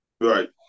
Right